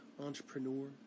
entrepreneur